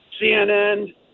CNN